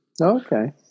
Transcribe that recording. Okay